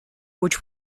which